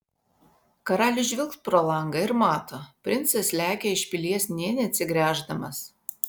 karalius žvilgt pro langą ir mato princas lekia iš pilies nė neatsigręždamas